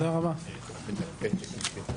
הישיבה